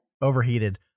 Overheated